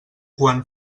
quan